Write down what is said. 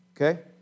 Okay